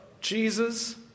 Jesus